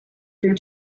for